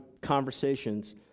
conversations